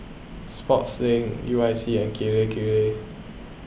Sportslink U I C and Kirei Kirei